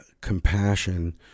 compassion